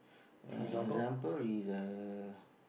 uh example is a